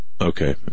okay